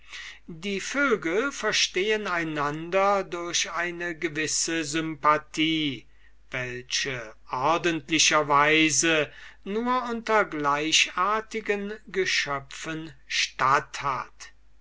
die vögel verstehen einander durch eine gewisse sympathie welche ordentlicher weise nur unter gleichartigen geschöpfen statt hat